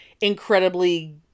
incredibly